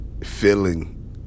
feeling